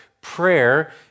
Prayer